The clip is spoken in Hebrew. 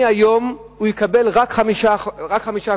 מהיום הוא יקבל רק 5 קוב,